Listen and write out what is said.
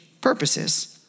purposes